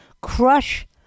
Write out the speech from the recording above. crush